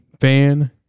fan